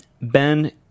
Ben